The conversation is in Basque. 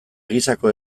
gisako